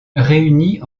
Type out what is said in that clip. réunit